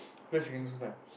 play secondary school time